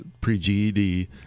pre-GED